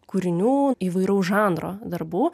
kūrinių įvairaus žanro darbų